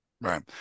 Right